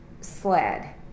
sled